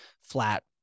flat